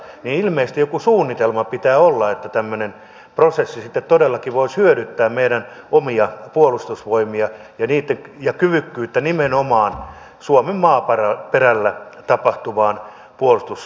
ilmeisesti joku suunnitelma pitää olla että tämmöinen prosessi sitten todellakin voisi hyödyttää meidän omia puolustusvoimia ja kyvykkyyttä nimenomaan suomen maaperällä tapahtuvaan puolustussotilaalliseen toimintaan